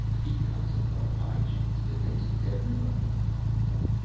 he cuts up a high-jinks that makes everybody uncomfortable.